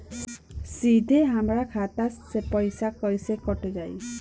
सीधे हमरे खाता से कैसे पईसा कट जाई?